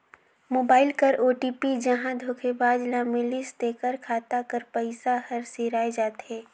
mobile कर OTP जहां धोखेबाज ल मिलिस तेकर खाता कर पइसा हर सिराए जाथे